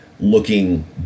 Looking